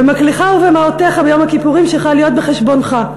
במקלך ובמעותיך ביום הכיפורים שחל להיות בחשבונך."